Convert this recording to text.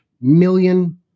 million